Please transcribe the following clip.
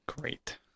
Great